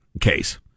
case